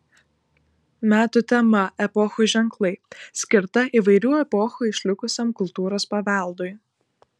metų tema epochų ženklai skirta įvairių epochų išlikusiam kultūros paveldui